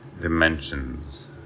dimensions